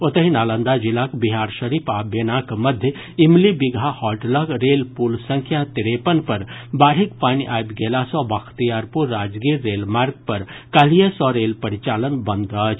ओतहि नालंदा जिलाक बिहारशरीफ आ वेनाक मध्य इमलीबिगहा हॉल्ट लऽग रेल पुपल संख्या तिरेपन पर बाढिक पानि आबि गेला सॅ बख्तियारपुर राजगीर रेल मार्ग पर काल्हिए सॅ रेल परिचालन बंद अछि